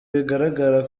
bigaragara